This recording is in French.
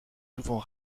souvent